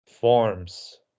Forms